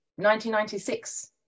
1996